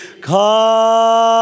come